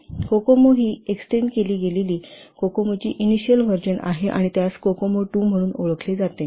तर COCOMO II ही extend केली गेलेली COCOMO ची इनिशिअल व्हर्जन आहे आणि त्यास COCOMO II म्हणून ओळखले जाते